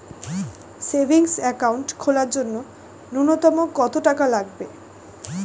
Savings account খোলার জন্য নূন্যতম কত টাকা লাগবে?